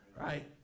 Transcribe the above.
Right